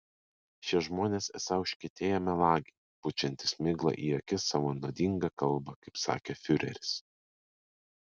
šie žmonės esą užkietėję melagiai pučiantys miglą į akis savo nuodinga kalba kaip sakė fiureris